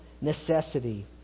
necessity